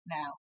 now